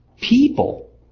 people